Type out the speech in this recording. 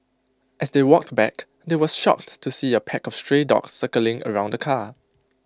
as they walked back they were shocked to see A pack of stray dogs circling around the car